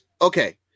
okay